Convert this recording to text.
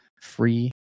free